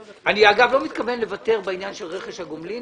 אגב, אני לא מתכוון לוותר בעניין של רכש הגומלין.